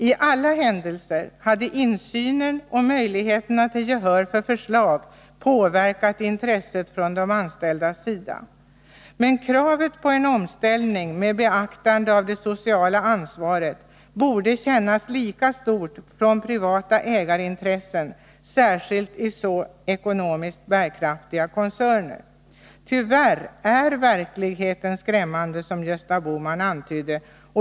I alla händelser hade insynen och möjligheterna att få gehör för förslag påverkat intresset från de anställdas sida. Men kravet på en omställning med beaktande av det sociala ansvaret borde kännas lika stort från privata ägarintressen, särskilt i så ekonomiskt bärkraftiga koncerner. Tyvärr är verkligheten skrämmande, som Gösta Bohman antydde.